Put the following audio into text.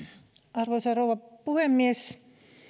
arvoisa rouva puhemies